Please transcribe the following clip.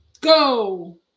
Go